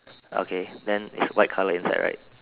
okay then is white colour inside right